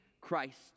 Christ